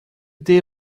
deve